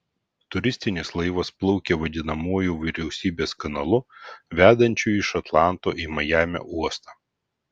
turistinis laivas plaukė vadinamuoju vyriausybės kanalu vedančiu iš atlanto į majamio uostą